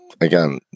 again